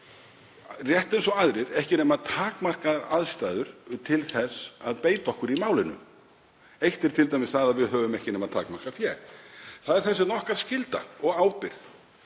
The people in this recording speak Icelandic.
rétt eins og aðrir, ekki nema takmarkaðar aðstæður til þess að beita okkur í málinu. Eitt er t.d. það að við höfum ekki nema takmarkað fé. Það er þess vegna okkar skylda og ábyrgð